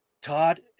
Todd